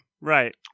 Right